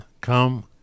come